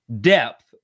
depth